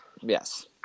Yes